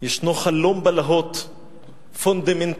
ישנו חלום בלהות פונדמנטליסטי